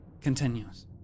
continues